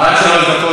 בבקשה.